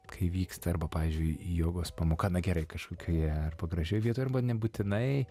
kai vyksta arba pavyzdžiui jogos pamoka na gerai kažkokioje arba gražioj vietoj arba nebūtinai